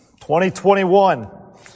2021